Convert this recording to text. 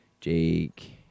Jake